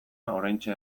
oraintxe